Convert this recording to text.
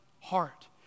heart